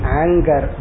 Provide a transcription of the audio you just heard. anger